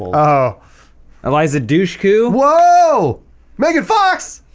oh eliza dushku whoa megan fox